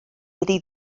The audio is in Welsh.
iddi